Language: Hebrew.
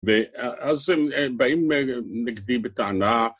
ואז באים נגדי בטענה